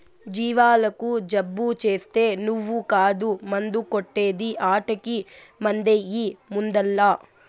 జీవాలకు జబ్బు చేస్తే నువ్వు కాదు మందు కొట్టే ది ఆటకి మందెయ్యి ముందల్ల